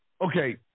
okay